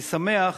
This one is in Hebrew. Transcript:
אני שמח